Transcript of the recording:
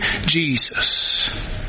Jesus